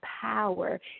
power